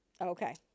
okay